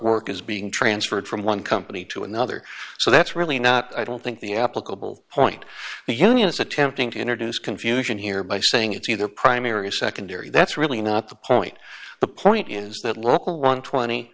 work is being transferred from one company to another so that's really not i don't think the applicable point the union is attempting to introduce confusion here by saying it's either primary secondary that's really not the point the point is that local one